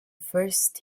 first